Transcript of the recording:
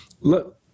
look